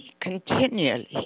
continually